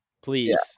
please